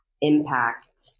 impact